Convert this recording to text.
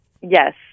Yes